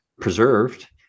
preserved